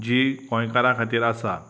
जी गोंयकारा खातीर आसा